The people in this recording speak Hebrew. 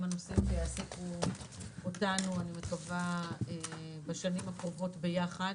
הנושאים שיעסיקו אותנו בשנים הקרובות ביחד.